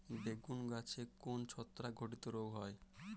বেগুন গাছে কোন ছত্রাক ঘটিত রোগ হয়?